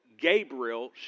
Gabriel